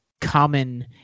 common